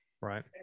right